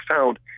found